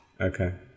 Okay